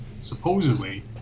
supposedly